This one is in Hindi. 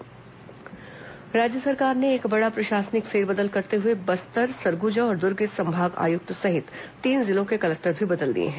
आईएएस तबादला राज्य सरकार ने एक बड़ा प्रशासनिक फेरबदल करते हुए बस्तर सरगुजा और दुर्ग के संभाग आयुक्त सहित तीन जिलों के कलेक्टर भी बदल दिए हैं